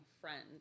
friend